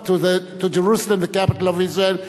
the capital of Israel.